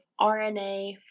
RNA